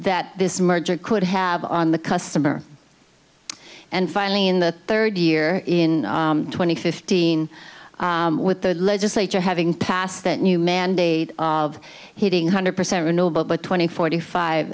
that this merger could have on the customer and finally in the third year in twenty fifteen with the legislature having passed that new mandate of hitting hundred percent renewable but twenty forty five